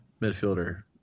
Midfielder